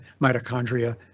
mitochondria